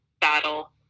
battle